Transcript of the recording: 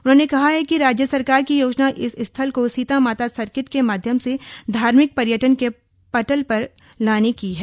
उन्होंने कहा कि राज्य सरकार की योजना इस स्थल को सीता माता सर्किट के माध्यम से धार्मिक पर्यटन के पटल पर लाने की है